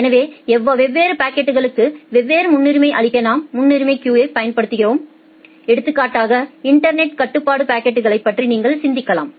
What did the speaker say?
எனவே வெவ்வேறு பாக்கெட்களுக்கு வெவ்வேறு முன்னுரிமை அளிக்க நாம் முன்னுரிமை கியூயைப் பயன்படுத்துகிறோம் எடுத்துக்காட்டாக இன்டர்நெட் கட்டுப்பாட்டு பாக்கெட்களைப் பற்றி நீங்கள் சிந்திக்கலாம்